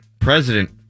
president